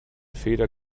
feder